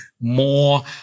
more